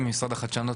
ממשרד החדשנות,